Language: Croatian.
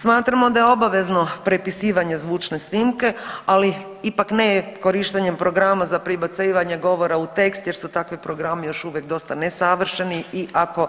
Smatramo da je obavezno prepisivanje zvučne snimke, ali ipak ne korištenjem programa za prebacivanje govora u tekst jer su takvi programi još uvijek dosta ne savršeni i ako